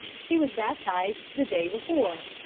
she was baptized the day before.